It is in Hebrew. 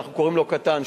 שאנחנו קוראים לו "קטן",